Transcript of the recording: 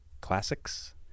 classics